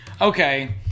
okay